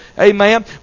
Amen